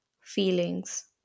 feelings